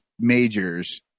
majors